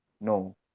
no